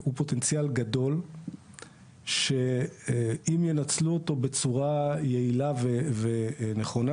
הוא פוטנציאל גדול שאם ינצלו אותו בצורה יעילה ונכונה,